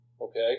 okay